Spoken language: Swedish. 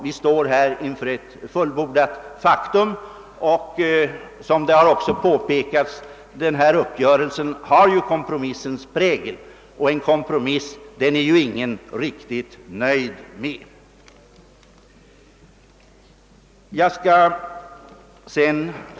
Vi står här inför ett fullbordat faktum, och denna uppgörelse har, såsom det också har påpekats, kompromissens prägel. Ingen är ju riktigt nöjd med en kompromiss.